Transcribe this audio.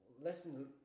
Lesson